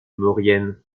maurienne